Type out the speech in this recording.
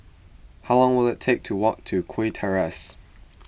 how long will it take to walk to Kew Terrace